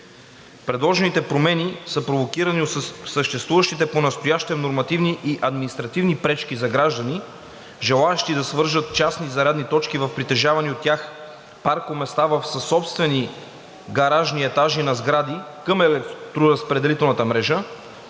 Предложените промени са провокирани от съществуващите понастоящем нормативни и административни пречки за граждани, желаещи да свържат частни зарядни точки в притежавани от тях паркоместа в съсобствени гаражни етажи на сгради към електроразпределителната мрежа,